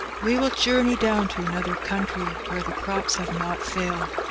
we will journey down to another country where the crops have not failed.